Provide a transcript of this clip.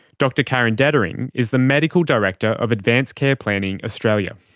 dr karen detering is the medical director of advance care planning australia.